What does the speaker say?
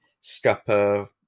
scupper